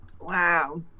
Wow